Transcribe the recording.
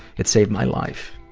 it saved my life,